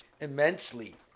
immensely